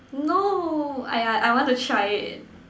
no !aiya! I want to try it